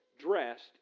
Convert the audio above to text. Dressed